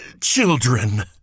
children